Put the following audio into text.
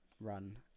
run